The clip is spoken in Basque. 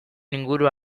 inguru